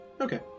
Okay